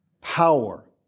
power